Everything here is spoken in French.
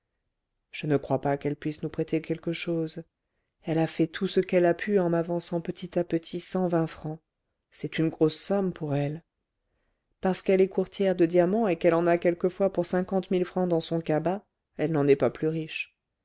je ne crois pas qu'elle puisse nous prêter quelque chose elle a fait tout ce qu'elle a pu en m'avançant petit à petit cent vingt francs c'est une grosse somme pour elle parce qu'elle est courtière de diamants et qu'elle en a quelquefois pour cinquante mille francs dans son cabas elle n'en est pas plus riche